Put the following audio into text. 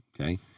okay